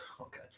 okay